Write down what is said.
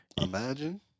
Imagine